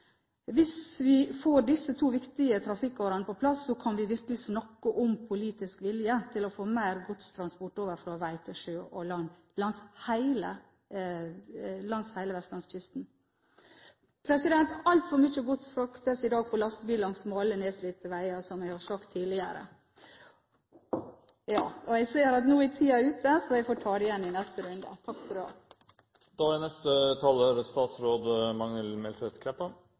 Hvis vi får disse to viktige trafikkårene på plass, kan vi virkelig snakke om politisk vilje til å få mer godstransport over fra vei til sjø langs hele Vestlandskysten. Altfor mye gods fraktes i dag på lastebiler langs smale, nedslitte veier, som jeg har sagt tidligere. Jeg ser at nå er tiden ute, så jeg får ta det igjen i neste runde. Eg er